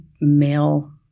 male